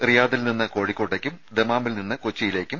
റിയാദിൽ നിന്ന് കോഴിക്കോട്ടേക്കും ദമാമിൽ നിന്ന് കൊച്ചിയിലേക്കും